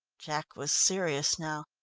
jack was serious now.